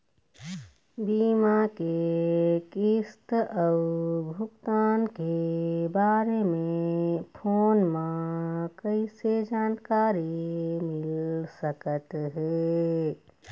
बीमा के किस्त अऊ भुगतान के बारे मे फोन म कइसे जानकारी मिल सकत हे?